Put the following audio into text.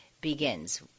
begins